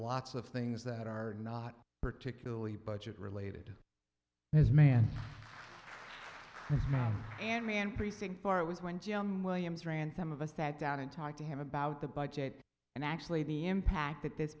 lots of things that are not particularly budget related as man and man precinct four it was when jim williams ran some of us sat down and talked to him about the budget and actually the impact that this